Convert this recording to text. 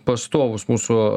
pastovūs mūsų